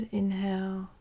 inhale